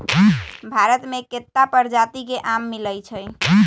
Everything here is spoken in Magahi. भारत मे केत्ता परजाति के आम मिलई छई